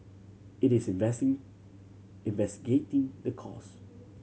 it is investing investigating the cause